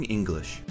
English